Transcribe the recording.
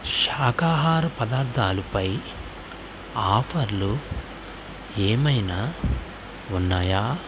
శాకాహార పదార్థాలు పై ఆఫర్లు ఏమైనా ఉన్నాయా